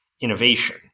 innovation